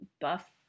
buff